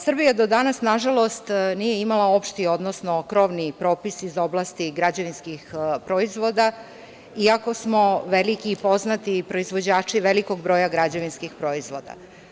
Srbija do danas nažalost nije imala opšti, odnosno krovni propis iz oblasti građevinskih proizvoda, iako smo veliki i poznati proizvođači po velikom broju građevinskih proizvoda.